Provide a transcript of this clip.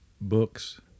books